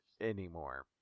anymore